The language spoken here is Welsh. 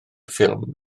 ffilm